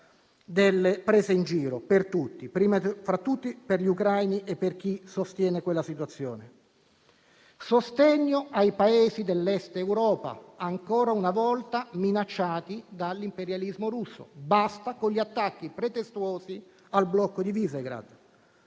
delle prese in giro per tutti, in primo luogo per gli ucraini e per chi sostiene quella situazione. Inoltre, sostegno ai Paesi dell'Est Europa ancora una volta minacciati dall'imperialismo russo (basta con gli attacchi pretestuosi al blocco di Visegrad);